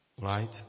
Right